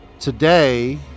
today